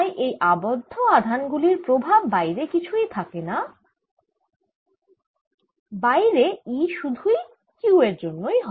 তাই এই আবদ্ধ আধান গুলির প্রভাব বাইরে কিছুই থাকেনা ও বাইরে E সুধুই Q এর জন্যই হয়